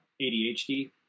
ADHD